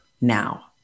now